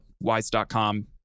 Wise.com